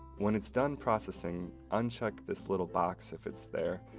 when it's done processing, uncheck this little box if it's there,